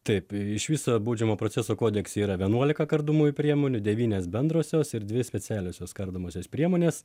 taip iš viso baudžiamojo proceso kodekse yra vienuolika kardomųjų priemonių devynios bendrosios ir dvi specialiosios kardomosios priemonės